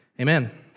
amen